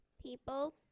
people